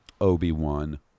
Obi-Wan